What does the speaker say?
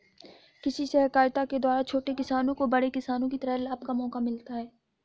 कृषि सहकारिता के द्वारा छोटे किसानों को बड़े किसानों की तरह लाभ का मौका मिलता है